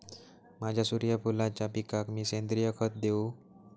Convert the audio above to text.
माझ्या सूर्यफुलाच्या पिकाक मी सेंद्रिय खत देवू?